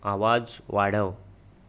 आवाज वाढव